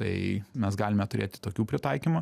tai mes galime turėti tokių pritaikymų